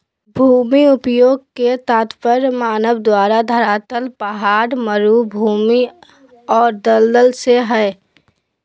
भूमि उपयोग के तात्पर्य मानव द्वारा धरातल पहाड़, मरू भूमि और दलदल से हइ